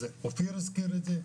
אז אופיר הזכיר את זה,